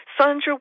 Sandra